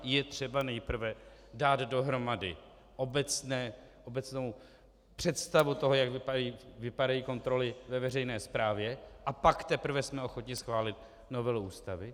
Je třeba nejprve dát dohromady obecnou představu toho, jak vypadají kontroly ve veřejné správě, a pak teprve jsme ochotni schválit novelu Ústavy.